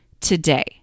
today